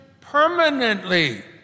permanently